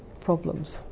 problems